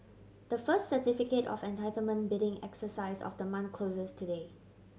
the first Certificate of Entitlement bidding exercise of the month closes today